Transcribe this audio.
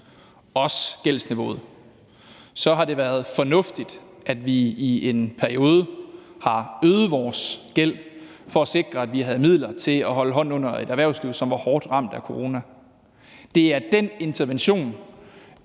også på gældsniveauet, har det været fornuftigt, at vi i en periode har øget vores gæld for at sikre, at vi havde midler til at holde hånden under et erhvervsliv, som var hårdt ramt af corona. Det er den intervention